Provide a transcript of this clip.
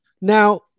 Now